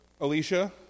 Alicia